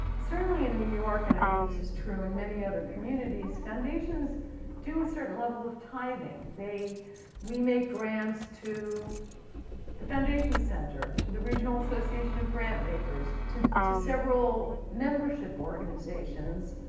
certainly in new york and i think this is true in many other communities, foundations do a certain level of tithing. we make grants to the foundation center, to the regional association of grant makers, to to several membership organizations.